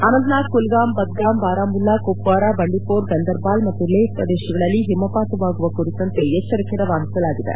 ಅನಂತನಾಗ್ ಕುಲ್ಗಾಮ್ ಬದ್ಗಾಮ್ ಬಾರಾಮುಲ್ಲಾ ಕುಪ್ವಾರ ಬಂಡಿಪೋರ್ ಗಂದರ್ಬಾಲ್ ಮತ್ತು ಲೇ ಪ್ರದೇಶಗಳಲ್ಲಿ ಹಿಮಪಾತವಾಗುವ ಕುರಿತಂತೆ ಎಚ್ಚರಿಕೆ ರವಾನಿಸಲಾಗಿದೆ